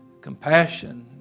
compassion